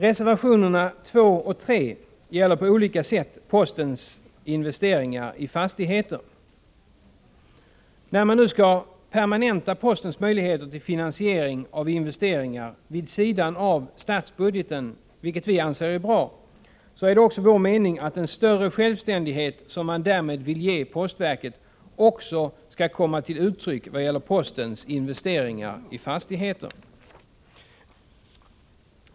Reservationerna 2 och 3 gäller på olika sätt postens investeringar i fastigheter. När man nu skall permanenta postens möjligheter till finansiering av investeringar vid sidan av statsbudgeten, vilket vi anser är bra, är det vår mening att den större självständighet som man därmed vill ge postverket också skall komma till uttryck vid postens investeringar i fastigheter.